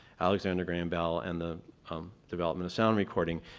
alexander graham bell, and the development of sound recording.